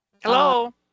Hello